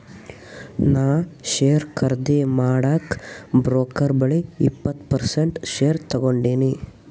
ನಾ ಶೇರ್ ಖರ್ದಿ ಮಾಡಾಗ್ ಬ್ರೋಕರ್ ಬಲ್ಲಿ ಇಪ್ಪತ್ ಪರ್ಸೆಂಟ್ ಶೇರ್ ತಗೊಂಡಿನಿ